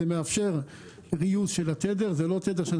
זה מאפשר גיוס של התדר כי זה לא תדר שאנחנו